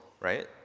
right